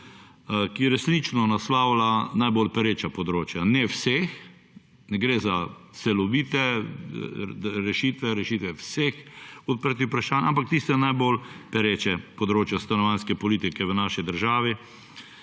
ki resnično naslavlja najbolj pereča področja. Ne vseh, ne gre za celovite rešitve, rešitve vseh odprtih vprašanj, ampak tiste najbolj pereče, področje stanovanjske politike v naši državi